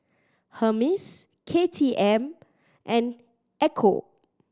Hermes K T M and Ecco